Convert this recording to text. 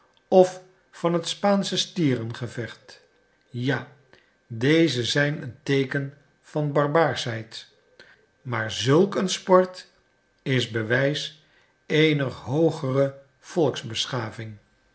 of van het spaansche stierengevecht ja deze zijn een teeken van barbaarschheid maar zulk een sport is bewijs eener hoogere